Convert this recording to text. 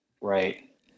Right